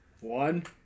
One